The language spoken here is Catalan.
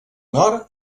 nord